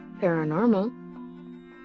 paranormal